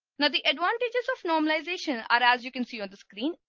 now the advantages of normalization are as you can see on the screen,